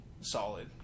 solid